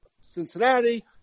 Cincinnati